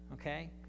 okay